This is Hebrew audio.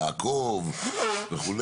לעקוב וכו',